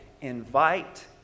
invite